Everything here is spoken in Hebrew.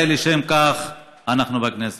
הרי לשם כך אנחנו בכנסת.